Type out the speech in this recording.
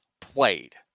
played